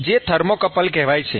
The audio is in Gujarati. જે થર્મોકપલ કહેવાય છે